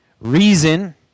reason